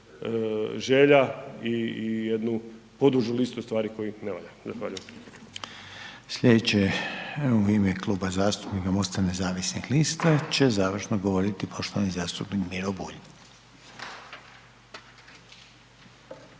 želja i jednu podužu listu stvari kojih ne valja. Zahvaljujem. **Reiner, Željko (HDZ)** Slijedeće u ime Kluba zastupnika MOST-a nezavisnih lista će završno govoriti poštovani zastupnik Miro Bulj.